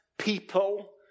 People